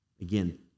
again